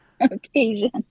occasion